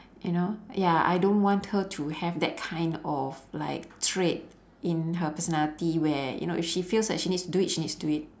you know ya I don't want her to have that kind of like trait in her personality where you know if she feels like she needs to do it she needs to do it